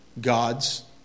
God's